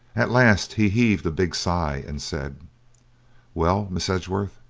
at last he heaved a big sigh, and said well, miss edgeworth,